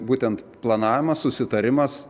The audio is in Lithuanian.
būtent planavimas susitarimas